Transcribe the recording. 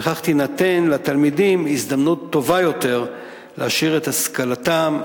וכך תינתן לתלמידים הזדמנות טובה יותר להעשיר את השכלתם,